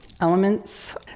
elements